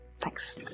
Thanks